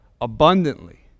abundantly